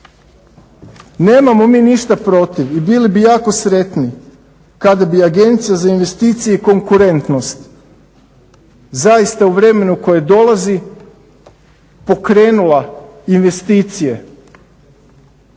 Nemamo mi ništa protiv i bili bi jako sretni kada bi Agencija za investicije i konkurentnost zaista u vremenu koje dolazi pokrenula investicije,